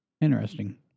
Interesting